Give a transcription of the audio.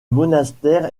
monastère